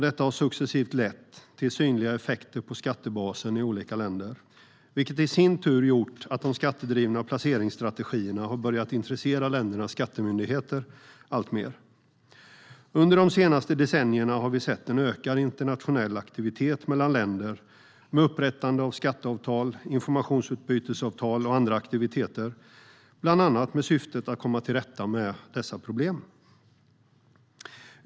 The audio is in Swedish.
Detta har successivt lett till synliga effekter på skattebasen i olika länder, vilket i sin tur gjort att de skattedrivna placeringsstrategierna har börjat intressera ländernas skattemyndigheter alltmer. Under de senare decennierna har vi sett en ökad internationell aktivitet mellan länder med upprättande av skatteavtal, informationsutbytesavtal och andra aktiviteter, bland annat med syftet att komma till rätta med dessa problem.